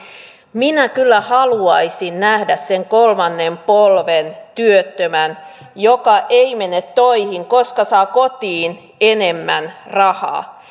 minä kyllä haluaisin nähdä sen kolmannen polven työttömän joka ei mene töihin koska saa kotiin enemmän rahaa